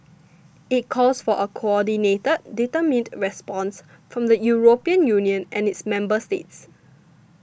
it calls for a coordinated determined response from the European Union and its member states